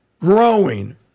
growing